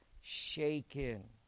shaken